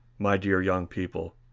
my dear young people,